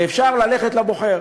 ואפשר ללכת לבוחר.